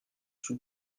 sous